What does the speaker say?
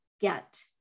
get